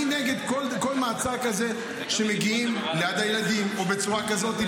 אני נגד כל מעצר כזה שמגיעים ליד הילדים או בצורה כזאת,